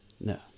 No